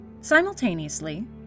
Simultaneously